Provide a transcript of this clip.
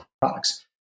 products